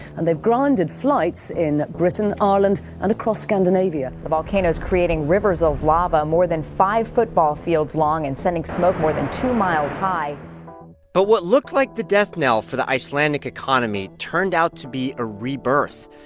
and they've grounded flights in britain, ireland and across scandinavia the volcano's creating rivers of lava more than five football fields long and sending smoke more than two miles high but what looked like the death knell for the icelandic economy turned out to be a rebirth.